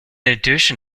addition